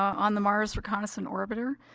on the mars reconnaissance orbiter,